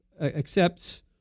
accepts